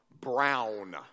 Brown